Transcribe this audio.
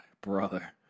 brother